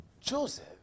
Joseph